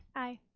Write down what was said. aye.